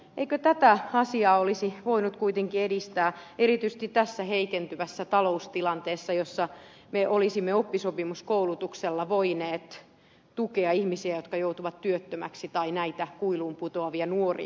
eikö tätä asiaa olisi voinut kuitenkin edistää erityisesti tässä heikentyvässä taloustilanteessa jossa me olisimme oppisopimuskoulutuksella voineet tukea ihmisiä jotka joutuvat työttömiksi tai näitä kuiluun putoavia nuoria